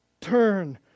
turn